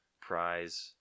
prize